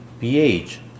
pH